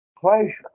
pleasure